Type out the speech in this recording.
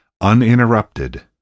Uninterrupted